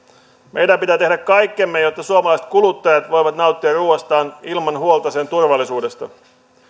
meidän pitää tehdä kaikkemme jotta suomalaiset kuluttajat voivat nauttia ruuastaan ilman huolta sen turvallisuudesta